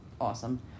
awesome